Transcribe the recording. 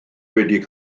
wedi